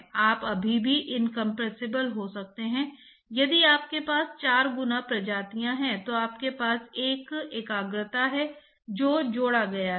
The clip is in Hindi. इसलिए इस पूरे अभ्यास को हम कन्वेक्शन विषय में करने जा रहे हैं अनिवार्य रूप से विभिन्न प्रणाली के प्रकार के लिए पता लगाना है यह तापमान ग्रेडिएंट क्या है